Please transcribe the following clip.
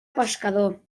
pescador